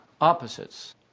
opposites